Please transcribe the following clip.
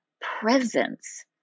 presence